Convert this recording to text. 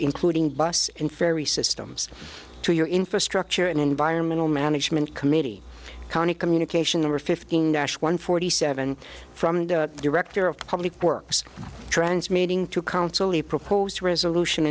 including bus and ferry systems to your infrastructure and environmental management committee county communication over fifteen nash one forty seven from the director of public works transmitting to council a proposed resolution